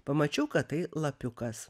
pamačiau kad tai lapiukas